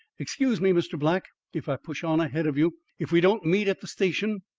excuse me, mr. black, if i push on ahead of you. if we don't meet at the station,